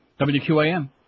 WQAM